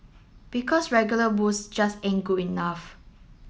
because regular booze just ain't good enough